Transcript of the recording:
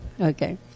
Okay